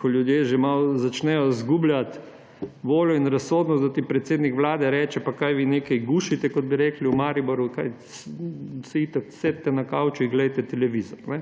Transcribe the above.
ko ljudje že malo začnejo izgubljati voljo in razsodnost, ti predsednik vlade reče, da kaj vi nekaj gušite, kot bi rekli v Mariboru, saj itak sedite na kavču in gledate televizijo.